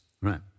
Right